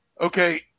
Okay